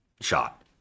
shot